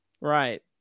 right